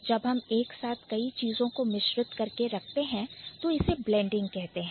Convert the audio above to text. जब हम एक साथ कई चीजों को मिश्रित करके रखते हैं तो इसे ब्लेंडिंग कहते हैं